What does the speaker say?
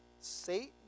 Satan